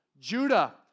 Judah